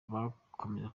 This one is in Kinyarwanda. bakomeje